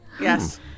Yes